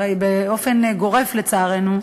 הרי באופן גורף, לצערנו,